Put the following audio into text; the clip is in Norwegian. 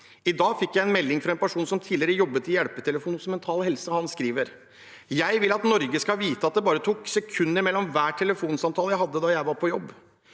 I dag fikk jeg en melding fra en person som tidligere jobbet i hjelpetelefonen hos Mental Helse. Han skriver: Jeg vil at Norge skal vite at det bare tok sekunder mellom hver telefonsamtale jeg hadde da jeg var på jobb,